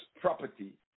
property